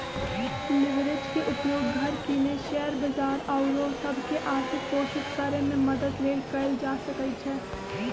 leverage के उपयोग घर किने, शेयर बजार आउरो सभ के आर्थिक पोषित करेमे मदद लेल कएल जा सकइ छै